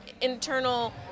internal